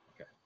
Okay